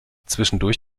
zwischendurch